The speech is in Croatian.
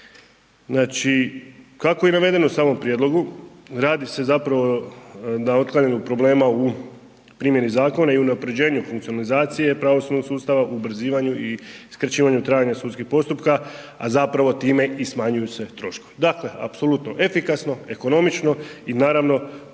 Znači kako je i navedeno u samom prijedlogu, radi se zapravo na otklanjanju problema u primjeni zakona i unaprjeđenju funkcionalizacije pravosudnog sustava, ubrzivanju i skraćivanju trajanja sudskih postupka a zapravo time i smanjuju se troškovi. Dakle apsolutno efikasno, ekonomično i naravno